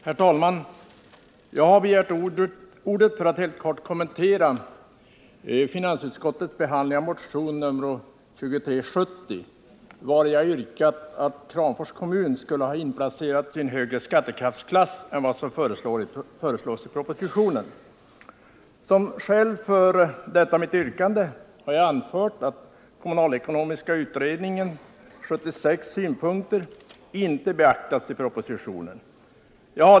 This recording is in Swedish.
Herr talman! Jag har begärt ordet för att helt kort kommentera finansutskottets behandling av motionen 2370, vari jag yrkat att Kramfors kommun skulle inplaceras i högre skattekraftsklass än vad som föreslås i propositionen. Som skäl för detta mitt yrkande har jag anfört att de synpunkter som framförts i kommunalekonomiska utredningen, KEU 76, inte beaktats i propositionen.